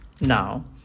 Now